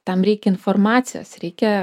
tam reikia informacijos reikia